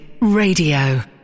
Radio